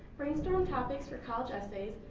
brainstorm topics for college essays,